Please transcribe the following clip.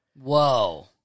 Whoa